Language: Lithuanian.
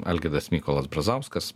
algirdas mykolas brazauskas